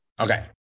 Okay